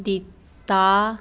ਦਿੱਤਾ